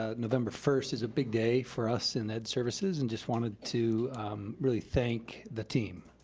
ah november first is a big day for us in ed services. and just wanted to really thank the team,